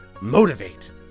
motivate